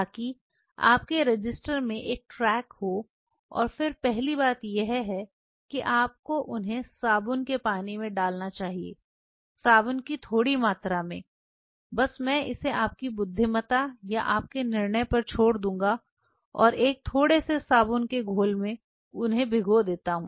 ताकि आपके रजिस्टर में एक ट्रैक है और फिर पहली बात यह है कि आपको उन्हें साबुन के पानी में डालना चाहिए साबुन की छोटी मात्रा में बस मैं इसे आपकी बुद्धिमत्ता या आपके निर्णय पर छोड़ दूंगा और एक थोड़े से साबुन के घोल में उन्हें भिगो देता हूं